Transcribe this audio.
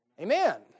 Amen